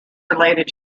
related